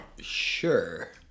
Sure